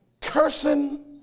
cursing